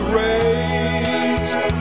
raged